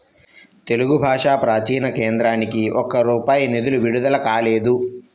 తెలుగు భాషా ప్రాచీన కేంద్రానికి ఒక్క రూపాయి నిధులు విడుదల కాలేదు